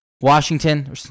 Washington